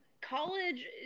college –